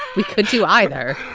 we could do either.